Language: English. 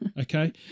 okay